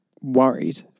worried